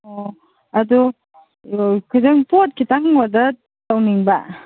ꯑꯣ ꯑꯗꯨ ꯈꯤꯇꯪ ꯄꯣꯠ ꯈꯤꯇꯪ ꯑꯣꯗꯔ ꯇꯧꯅꯤꯡꯕ